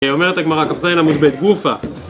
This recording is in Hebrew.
אומרת הגמרא כז עמוד ב גופה